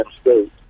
State